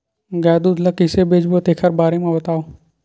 गाय दूध ल कइसे बेचबो तेखर बारे में बताओ?